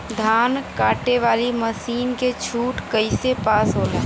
धान कांटेवाली मासिन के छूट कईसे पास होला?